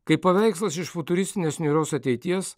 kaip paveikslas iš futuristinės niūrios ateities